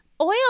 Oil